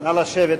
נא לשבת.